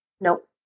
Nope